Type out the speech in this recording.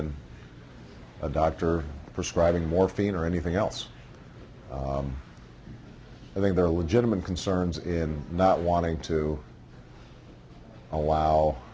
and a doctor prescribing morphine or anything else i think there are legitimate concerns in not wanting to allow